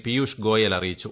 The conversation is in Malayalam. പിയൂഷ് ഗോയൽ അറിയിച്ചു